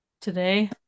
Today